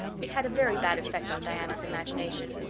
it had a very bad effect on diana's imagination.